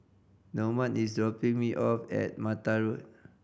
Normand is dropping me off at Mattar Road